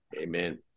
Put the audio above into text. Amen